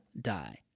die